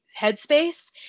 headspace